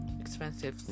Expensive